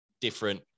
different